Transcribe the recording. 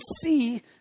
see